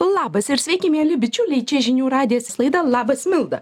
labas ir sveiki mieli bičiuliai čia žinių radijas ir laida labas milda